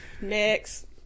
Next